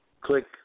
click